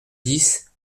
dix